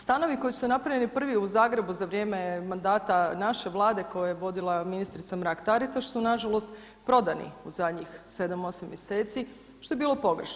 Stanovi koji su napravljeni prvi u Zagrebu za vrijeme mandata naše vlade koje je vodila ministrica Mrak Taritaš su nažalost prodani u zadnjih sedam, osam mjeseci što je bilo pogrešno.